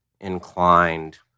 inclined